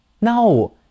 No